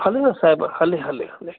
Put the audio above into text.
हले न साहिबु हले हले हले